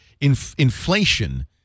inflation